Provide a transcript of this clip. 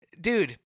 Dude